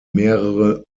mehrere